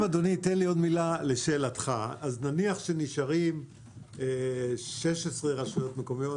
אם אדוני ייתן לי עוד מילה לשאלתך: אז נניח שנשארות 16 רשויות מקומיות